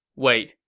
wait,